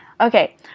Okay